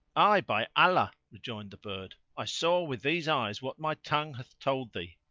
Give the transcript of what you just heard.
ay, by allah, rejoined the bird, i saw with these eyes what my tongue hath told thee.